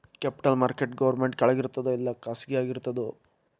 Capital market government ಕೆಳಗಿರ್ತದೋ ಇಲ್ಲಾ ಖಾಸಗಿಯಾಗಿ ಇರ್ತದೋ?